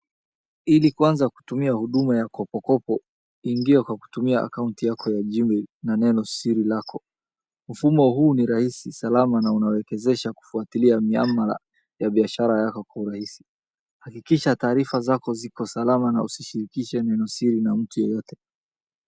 Ili kwanza kutumia huduma ya Kopo Kopo ingia kwa kutumia account yako ya gmail na neno siri lako. Mfumo huu ni rahisi salama na unawekezesha kufuatilia mlamala ya biashara yako kwa urahisi hakikisha taarifa zako ziko salama na ushishilikishe neno shiri na mtu yoyote.